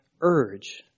urge